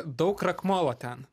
daug krakmolo ten